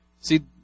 See